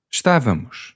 Estávamos